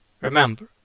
remember